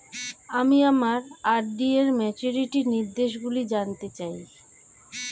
আমি আমার আর.ডি র ম্যাচুরিটি নির্দেশগুলি জানতে চাই